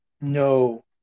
No